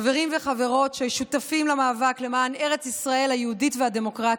חברים וחברות ששותפים למאבק למען ארץ ישראל היהודית והדמוקרטית.